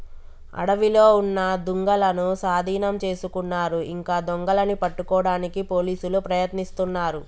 అడవిలో ఉన్న దుంగలనూ సాధీనం చేసుకున్నారు ఇంకా దొంగలని పట్టుకోడానికి పోలీసులు ప్రయత్నిస్తున్నారు